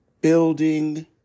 building